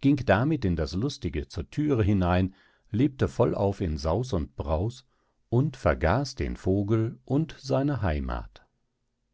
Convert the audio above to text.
ging damit in das lustige zur thüre hinein lebte vollauf in saus und braus und vergaß den vogel und seine heimath